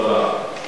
תודה.